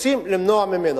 רוצים למנוע ממנו.